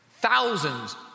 thousands